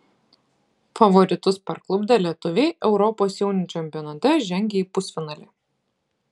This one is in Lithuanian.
favoritus parklupdę lietuviai europos jaunių čempionate žengė į pusfinalį